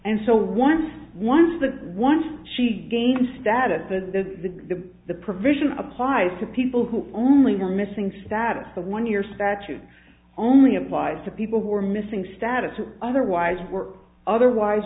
and so once once the once she came status the the provision applies to people who only were missing status the one year statute only applies to people who are missing status or otherwise were otherwise